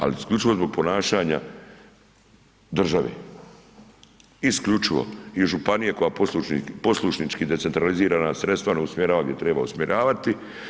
Ali isključivo zbog ponašanja države, isključivo i županije koja poslušnički decentralizirana sredstva ne usmjerava gdje treba usmjeravati.